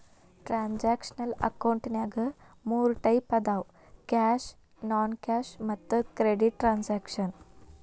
transactional ಅಕೌಂಟಿನ್ಯಾಗ ಮೂರ್ type ಅದಾವ ಕ್ಯಾಶ್ ನಾನ್ ಕ್ಯಾಶ್ ಮತ್ತ ಕ್ರೆಡಿಟ್ ಟ್ರಾನ್ಸಾಕ್ಷನ